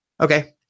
Okay